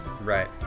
right